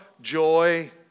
joy